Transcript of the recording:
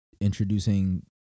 introducing